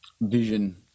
vision